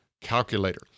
calculator